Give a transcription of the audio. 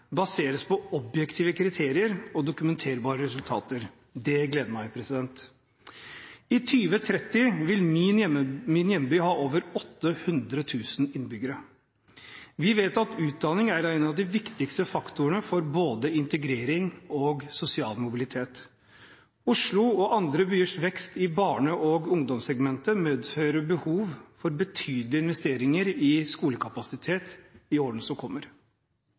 baseres på objektive kriterier og dokumenterbare resultater. Det gleder meg. I 2030 vil min hjemby ha over 800 000 innbyggere. Vi vet at utdanning er en av de viktigste faktorene for både integrering og sosial mobilitet. Oslo og andre byers vekst i barne- og ungdomssegmentet medfører behov for betydelige investeringer i skolekapasitet i årene som kommer.